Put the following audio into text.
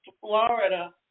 Florida